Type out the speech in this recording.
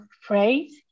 phrase